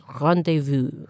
rendezvous